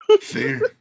Fair